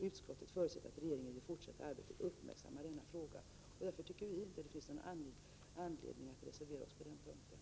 Utskottet förutsätter att regeringen i det fortsatta arbetet uppmärksammar denna fråga.” Därför tyckte vi inte att det fanns anledning att reservera oss på den punkten.